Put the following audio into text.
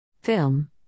Film